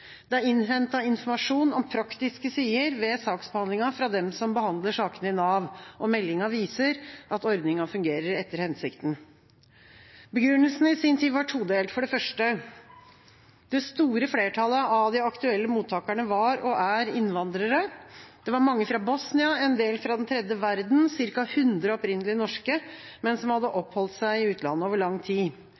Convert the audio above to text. Det er innhentet informasjon om praktiske sider ved saksbehandlinga fra dem som behandler sakene i Nav. Meldinga viser at ordninga fungerer etter hensikten. Begrunnelsen i sin tid var todelt. For det første: Det store flertallet av de aktuelle mottakerne var og er innvandrere. Det var mange fra Bosnia, en del fra den tredje verden, ca. 100 opprinnelig norske, men som hadde oppholdt seg i utlandet over lang tid.